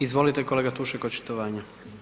Izvolite kolega Tušek očitovanja.